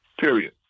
period